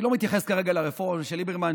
אני לא מתייחס כרגע לרפורמה של ליברמן,